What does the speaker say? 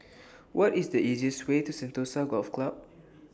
What IS The easiest Way to Sentosa Golf Club